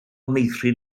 meithrin